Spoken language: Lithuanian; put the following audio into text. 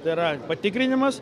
tai yra patikrinimas